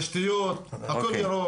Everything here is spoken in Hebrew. בהר חלוץ יש תשתיות, הכל נקי,